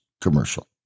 commercial